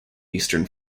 eastern